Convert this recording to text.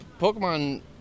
Pokemon